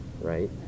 right